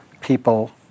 people